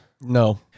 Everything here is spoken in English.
No